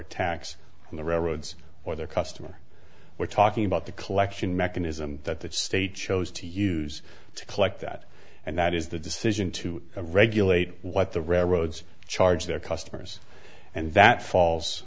on the railroads or their customers we're talking about the collection mechanism that the state chose to use to collect that and that is the decision to regulate what the railroads charge their customers and that falls